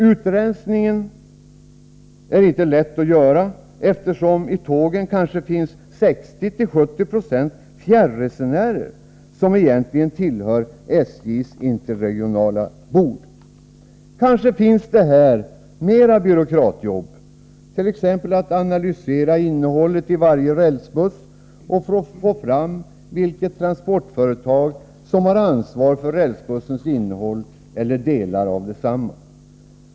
Utrensningen är inte lätt, eftersom det på tågen kanske finns 60-70 96 fjärresenärer, som egentligen tillhör SJ:s interregionala bord. Kanske finns det här mera byråkratarbete, t.ex. att analysera innehållet i varje rälsbuss och få fram vilket transportföretag som har ansvaret för rälsbussens innehåll eller delar av detsamma.